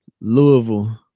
Louisville